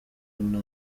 nta